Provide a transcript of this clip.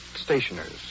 Stationers